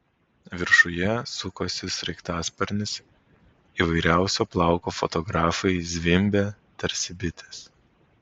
viršuje sukosi sraigtasparnis įvairiausio plauko fotografai zvimbė tarsi bitės